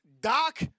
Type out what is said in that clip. Doc